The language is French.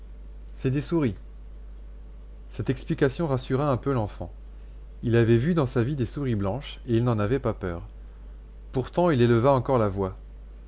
c'est des souris cette explication rassura un peu l'enfant il avait vu dans sa vie des souris blanches et il n'en avait pas eu peur pourtant il éleva encore la voix